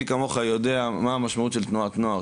מי כמוך יודע מה המשמעות של תנועת נוער,